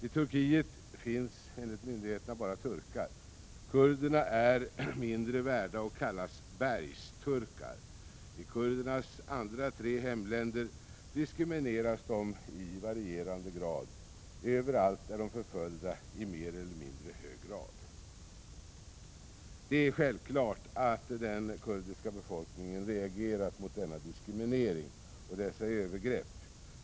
I Turkiet finns enligt myndigheterna bara turkar. Kurderna är mindre värda och kallas bergsturkar. I kurdernas andra tre hemländer diskrimineras de i varierande grad. Överallt är de förföljda i mer eller mindre hög grad. Det är självklart att den kurdiska befolkningen reagerat mot denna diskriminering och dessa övergrepp.